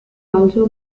also